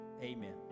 Amen